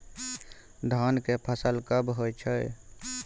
धान के फसल कब होय छै?